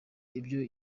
ibyo